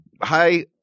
hi